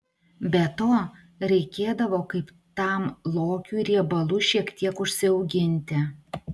be to reikėdavo kaip tam lokiui riebalų šiek tiek užsiauginti